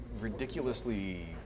ridiculously